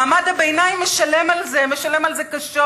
מעמד הביניים משלם על זה, משלם על זה קשות,